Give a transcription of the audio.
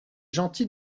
gentil